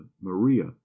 Maria